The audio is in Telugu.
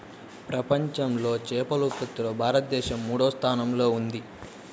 ప్రపంచంలో చేపల ఉత్పత్తిలో భారతదేశం మూడవ స్థానంలో ఉంది